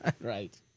Right